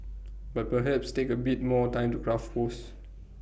but perhaps take A bit more time to craft posts